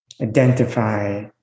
Identify